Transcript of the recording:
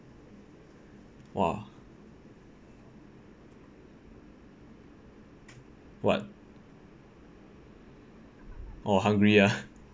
!wah! what orh hungry ah